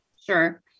Sure